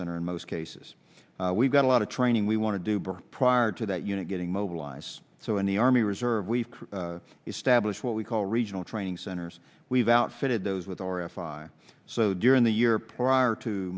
center in most cases we've got a lot of training we want to do better prior to that unit getting mobilize so in the army reserve we've established what we call regional training centers we've outfitted those with our f i so during the year prior to